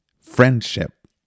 friendship